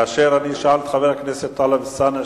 אשאל את חבר הכנסת טלב אלסאנע,